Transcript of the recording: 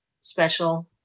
special